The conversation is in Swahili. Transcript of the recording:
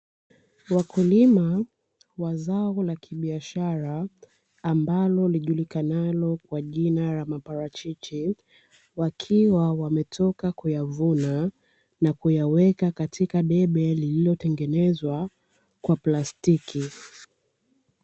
Wakulima wa zao la kibiashara ambalo lijulikanalo kwa jina la maparachichi, wakiwa wametoka kuyavuna na kuyaweka katika debe lililotengenezwa kwa plastiki.